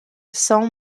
cent